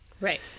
Right